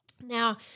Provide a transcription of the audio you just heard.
Now